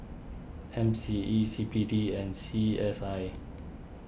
M C E C B D and C S I